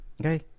okay